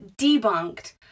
debunked